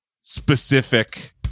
specific